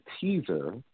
teaser